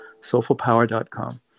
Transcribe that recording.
soulfulpower.com